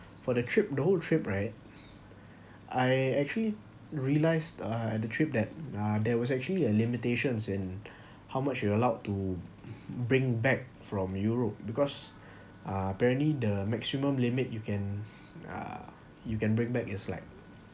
for the trip the whole trip right I actually realised uh the trip that uh there was actually a limitations and how much you were allowed to bring back from europe because uh apparently the maximum limit you can uh you can bring back is like